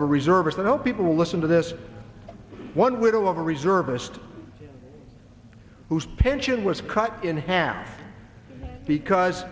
a reservist and how people will listen to this one widow of a reservist whose pension was cut in half because